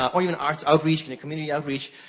or even art outreach, and community outreach,